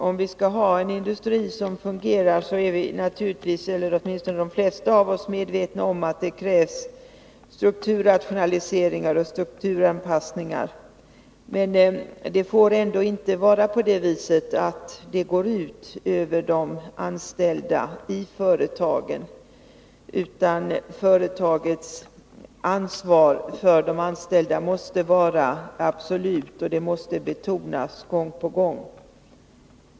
Om vi skall ha en industri som fungerar krävs — det är de flesta av oss medvetna om — strukturrationaliseringar och strukturanpassningar. Men det får ändå inte gå ut över de anställda i företagen, utan företagens ansvar för de anställda måste vara absolut — och det måste betonas gång på gång.